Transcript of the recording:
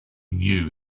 knew